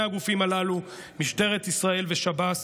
משטרת ישראל ושב"ס,